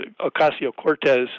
Ocasio-Cortez